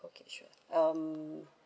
okay sure um